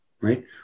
right